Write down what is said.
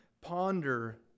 ponder